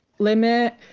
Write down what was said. limit